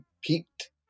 peaked